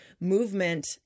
movement